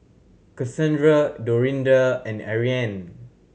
Kassandra Dorinda and Ariane